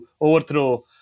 overthrow